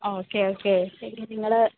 okay okay okay ഇനി നിങ്ങൾ